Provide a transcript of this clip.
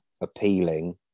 appealing